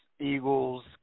Eagles